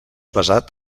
basat